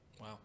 Wow